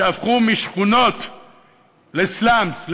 שהפכו משכונות לסלאמס,